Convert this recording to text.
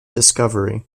discovery